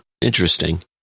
Interesting